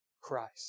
Christ